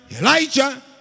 Elijah